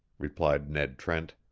replied ned trent.